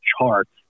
charts